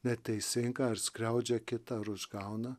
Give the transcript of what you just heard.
neteisinga ar skriaudžia kitą ar užgauna